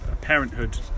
parenthood